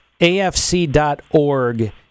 AFC.org